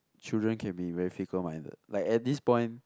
children can be very fickle minded like at this point